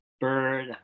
Bird